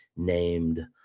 Named